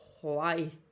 white